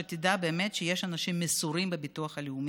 שתדע שבאמת יש אנשים מסורים בביטוח הלאומי,